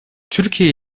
türkiye